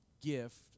gift